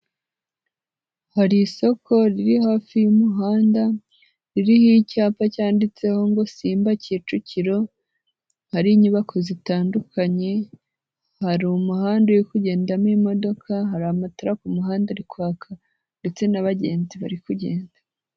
Hari isoko riri hafi y'umuhanda ririho icyapa cyanditseho ngo simba Kicukiro, hari inyubako zitandukanye hari umuhanda uri kugendamo imodoka, hari amatara ku muhanda uri kwaka ndetse n'abagenzi bari kugenda.